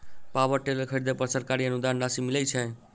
Power tiller खरीदे पर सरकारी अनुदान राशि मिलय छैय?